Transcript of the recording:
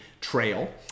trail